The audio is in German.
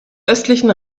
östlichen